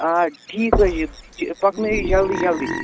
آ ٹھیٖک حظ چھِ پَکہٕ نٲیِو جلدی جلدی